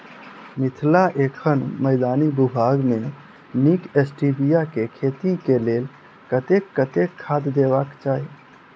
मिथिला एखन मैदानी भूभाग मे नीक स्टीबिया केँ खेती केँ लेल कतेक कतेक खाद देबाक चाहि?